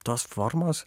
tos formos